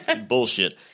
bullshit